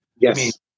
Yes